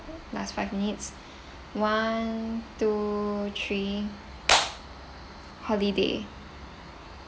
last five minutes one two three holiday